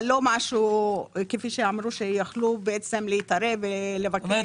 אבל לא משהו כפי שאמרו שיכלו בעצם להתערב ולבקש --- זאת